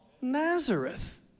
Nazareth